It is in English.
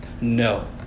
No